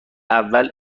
اول